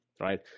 right